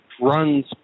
runs